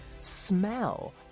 smell